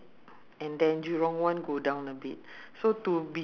you must come let's go with me after that you go back